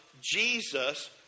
Jesus